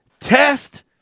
test